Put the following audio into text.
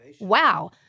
wow